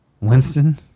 Winston